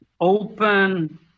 open